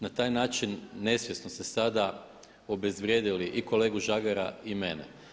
Na taj način nesvjesno ste sada obezvrijedili i kolegu Žagara i mene.